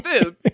food